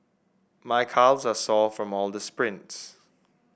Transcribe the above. my calves are sore from all the sprints